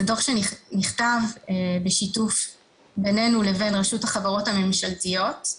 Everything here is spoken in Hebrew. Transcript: זה דוח שנכתב בשיתוף בינינו לבין רשות החברות הממשלתיות.